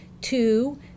two